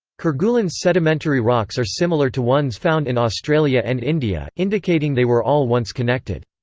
kerguelen's sedimentary rocks are similar to ones found in australia and india, indicating they were all once connected.